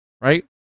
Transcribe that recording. right